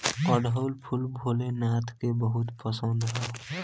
अढ़ऊल फूल भोले नाथ के बहुत पसंद ह